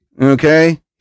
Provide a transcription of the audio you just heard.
Okay